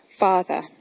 father